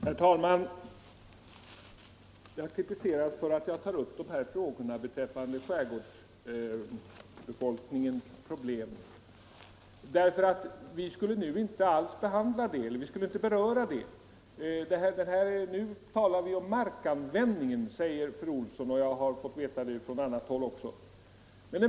Herr talman! Jag kritiseras för att jag tar upp skärgårdsbefolkningens problem. Den frågan skall vi inte alls beröra, för här talar vi om markanvändningen, säger fru Olsson i H jag har fått veta det från annat håll också.